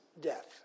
death